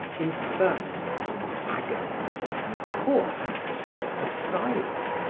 infirmities and agonies in a poorhouse or asylum.